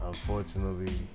Unfortunately